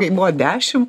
kai buvo dešim